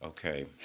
Okay